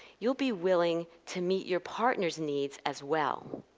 you'll be willing to meet your partner's needs as well.